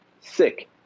sick